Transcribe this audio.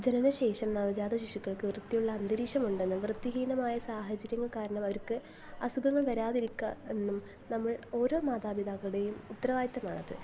ജനനശേഷം നവജാത ശിശുക്കൾക്ക് വൃത്തിയുള്ള അന്തരീക്ഷം ഉണ്ടെന്നും വൃത്തിഹീനമായ സാഹചര്യം കാരണം അവർക്ക് അസുഖങ്ങൾ വരാതിരിക്കാനും നമ്മൾ ഓരോ മാതാപിതാക്കളുടെയും ഉത്തരവാദിത്വമാണത്